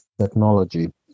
technology